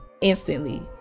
instantly